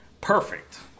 perfect